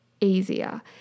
easier